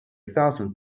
thousand